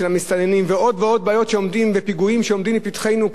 המסתננים ועוד ועוד בעיות ופיגועים שעומדים לפתחנו,